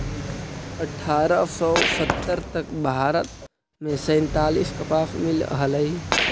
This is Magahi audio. अट्ठारह सौ सत्तर तक भारत में सैंतालीस कपास मिल हलई